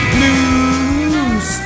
Blues